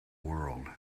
world